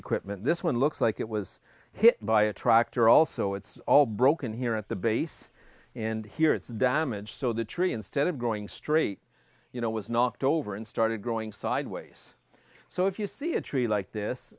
nursery quitman this one looks like it was hit by a tractor also it's all broken here at the base and here it's damaged so the tree instead of going straight you know was knocked over and started growing sideways so if you see a tree like this